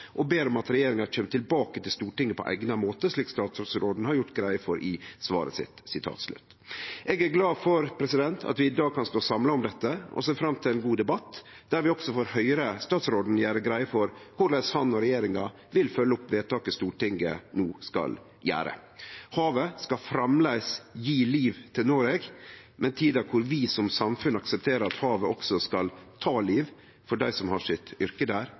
og ber om at regjeringa kjem tilbake til Stortinget på eigna måte, slik statsråden har gjort greie for i svaret sitt.» Eg er glad for at vi i dag kan stå samla om dette, og eg ser fram til ein god debatt der vi også får høyre statsråden gjere greie for korleis han og regjeringa vil følgje opp vedtaket Stortinget no skal gjere. Havet skal framleis gje liv til Noreg – men tida kor vi som samfunn aksepterer at havet også skal ta liv for dei som har yrket sitt der,